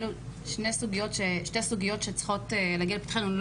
אלה שתי סוגיות שצריכות להגיע לפתחתנו.